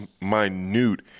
minute